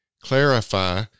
clarify